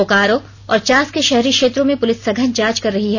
बोकारो और चास के शहरी क्षेत्रों में पुलिस सघन जांच कर रही है